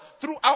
throughout